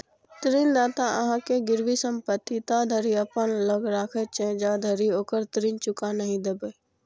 ऋणदाता अहांक गिरवी संपत्ति ताधरि अपना लग राखैत छै, जाधरि ओकर ऋण चुका नहि देबै